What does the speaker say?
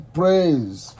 praise